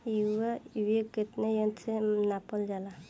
वायु क वेग कवने यंत्र से नापल जाला?